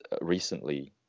recently